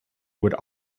would